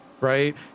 right